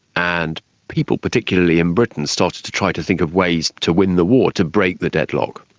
and people particularly in britain started to try to think of ways to win the war, to break the deadlock.